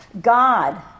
God